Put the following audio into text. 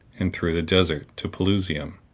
and through the desert, to pelusium,